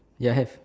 ya have